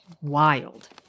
Wild